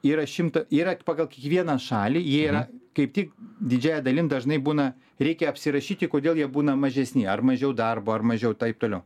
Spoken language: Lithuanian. yra šimtą yra pagal kiekvieną šalį jie yra kaip tik didžiąja dalim dažnai būna reikia apsirašyti kodėl jie būna mažesni ar mažiau darbo ar mažiau taip toliau